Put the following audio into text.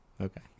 Okay